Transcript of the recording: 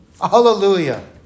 Hallelujah